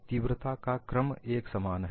तीव्रता का क्रम एक समान है